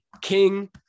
King